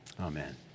Amen